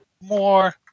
more